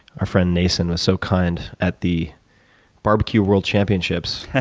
our friend nason was so kind at the barbecue world championships